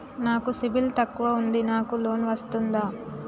నాకు సిబిల్ తక్కువ ఉంది నాకు లోన్ వస్తుందా?